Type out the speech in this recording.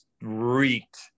reeked